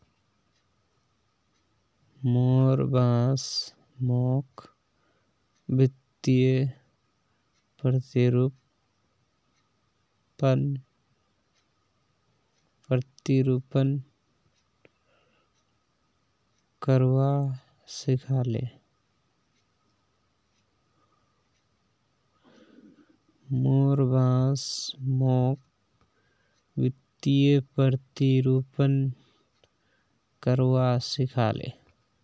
मोर बॉस मोक वित्तीय प्रतिरूपण करवा सिखा ले